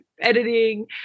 editing